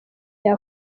bya